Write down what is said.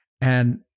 and-